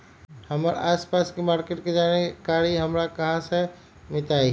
हमर आसपास के मार्किट के जानकारी हमरा कहाँ से मिताई?